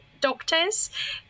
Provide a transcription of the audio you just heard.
doctors